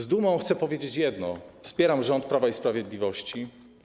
Z dumą chcę powiedzieć jedno: wspieram rząd Prawa i Sprawiedliwości.